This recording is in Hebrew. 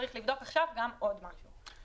צריך לבדוק עכשיו גם עוד משהו.